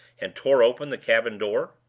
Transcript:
and tore open the cabin door.